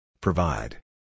Provide